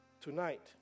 tonight